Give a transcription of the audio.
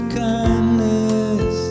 kindness